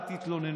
אל תתלוננו,